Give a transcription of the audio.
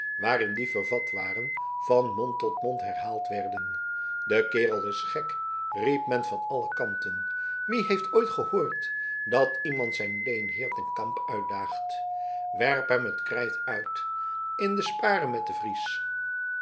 waarin die vervat waren van mond tot mond herhaald werden de kerel is gek riep men van alle kanten wie heeft ooit gehoord dat iemand zijn leenheer ten kamp uitdaagt werpt hem het krijt uit in het sparen met den fries